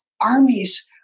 armies